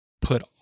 put